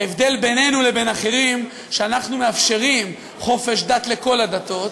ההבדל בינינו לבין אחרים הוא שאנחנו מאפשרים חופש דת לכל הדתות,